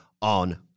on